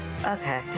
Okay